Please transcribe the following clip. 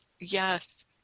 yes